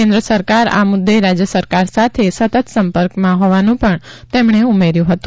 કેન્દ્ર સરકાર આ મુદ્દે રાજય સરકાર સાથે સતત સંપર્કમાં હોવાનું પણ તેમણે ઉમેર્યું હતું